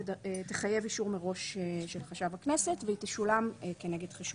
תחייב אישור מראש של חשב הכנסת והיא תשולם כנגד חשבונית.